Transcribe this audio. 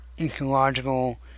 ecological